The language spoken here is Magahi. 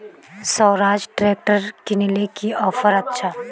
स्वराज ट्रैक्टर किनले की ऑफर अच्छा?